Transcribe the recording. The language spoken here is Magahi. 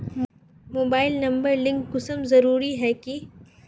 मोबाईल नंबर लिंक जरुरी कुंसम है की?